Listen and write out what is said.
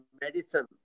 medicine